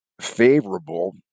favorable